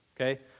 Okay